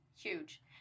huge